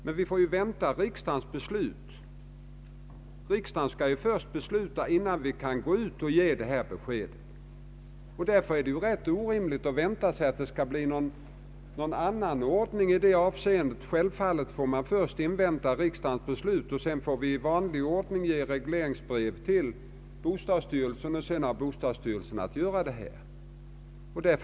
Men vi måste invänta riksdagens beslut, innan man kan lämna bestämt besked. Därför är det direkt orimligt att nu vänta sig någon annan ordning. Sedan riksdagen beslutat får vi i vanlig ordning ge regleringsbrev till bostadsstyrelsen, som får vidtaga erforderliga åtgärder.